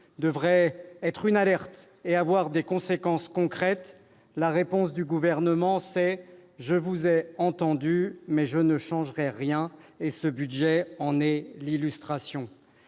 devrait être une alerte et avoir des conséquences concrètes, le Gouvernement répond :« Je vous ai entendus, mais je ne changerai rien. » Ce budget en est l'illustration.